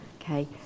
Okay